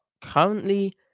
currently